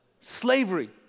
Slavery